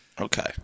Okay